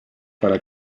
para